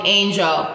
angel